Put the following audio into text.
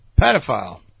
pedophile